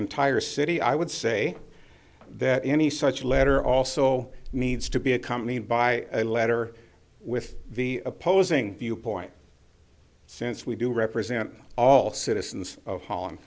entire city i would say that any such letter also needs to be accompanied by a letter with the opposing viewpoint since we do represent all citizens of h